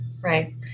Right